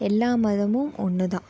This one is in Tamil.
எல்லா மதமும் ஒன்று தான்